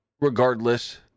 regardless